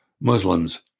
Muslims